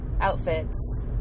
outfits